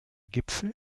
gipfel